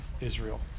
Israel